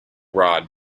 rod